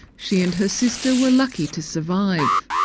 she and her sister were lucky to survive.